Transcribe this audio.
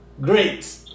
great